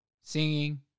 singing